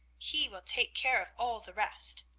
he will take care of all the rest.